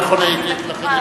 ולכן את יכולה.